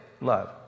love